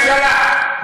בממשלה.